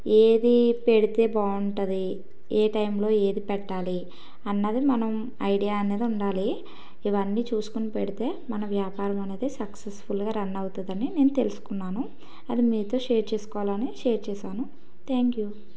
ఏది పెడితే బాగుంటుంది ఏ టైంలో ఏది పెట్టాలి అన్నది మనం ఐడియా అనేది ఉండాలి ఇవన్నీ చూసుకుని పెడితే మన వ్యాపారం అనేది సక్సెస్ఫుల్గా రన్ అవుతుంది అని నేను తెలుసుకున్నాను అది మీతో షేర్ చేసుకోవాలి అని షేర్ చేశాను థ్యాంక్ యూ